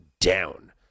down